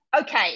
Okay